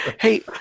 Hey